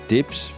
Tips